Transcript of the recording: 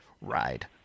ride